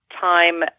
Time